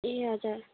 ए हजर